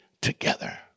together